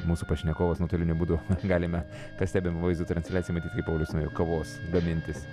mūsų pašnekovas nuotoliniu būdu galime kas stebim vaizdo transliaciją matyti kaip paulius nuėjo kavos gamintis